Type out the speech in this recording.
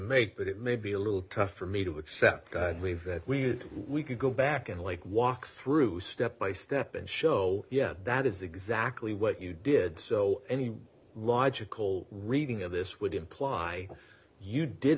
make but it may be a little tough for me to accept we've that we would we could go back and like walk through step by step and show yes that is exactly what you did so any logical reading of this would imply you did